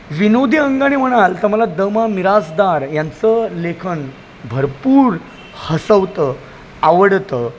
विनोदी अंगाने म्हणाल तर मला द मा मिरासदार यांचं लेखन भरपूर हसवतं आवडतं